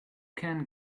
can